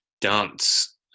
dance